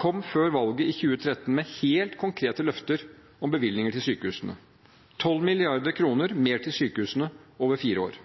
kom før valget i 2013 med helt konkrete løfter om bevilgninger til sykehusene: 12 mrd. kr mer til sykehusene over fire år.